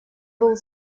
был